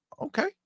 okay